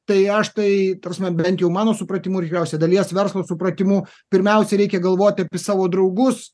tai aš tai ta prasme bent jau mano supratimu ir tikriausia dalies verslo supratimu pirmiausiai reikia galvoti apie savo draugus